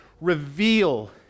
reveal